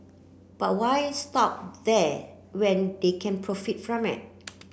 but why stop there when they can profit from it